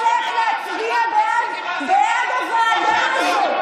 הולך להצביע בעד הוועדה הזאת,